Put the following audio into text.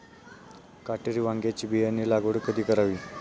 काटेरी वांग्याची बियाणे लागवड कधी करावी?